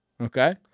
Okay